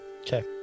Okay